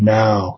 now